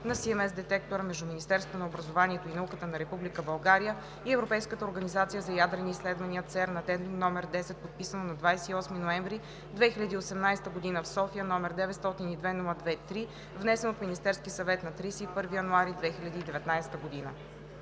на CMS детектора между Министерството на образованието и науката на Република България и Европейската организация за ядрени изследвания (ЦЕРН) – Addendum № 10, подписано на 28 ноември 2018 г. в София, № 902-02-3, внесен от Министерския съвет на 31 януари 2019 г.“